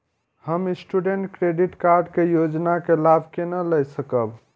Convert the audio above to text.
हम student credit card के योजना के लाभ केना लय सकब?